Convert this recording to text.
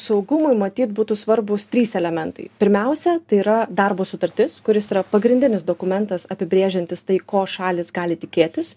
saugumui matyt būtų svarbūs trys elementai pirmiausia tai yra darbo sutartis kuris yra pagrindinis dokumentas apibrėžiantis tai ko šalys gali tikėtis